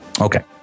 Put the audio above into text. Okay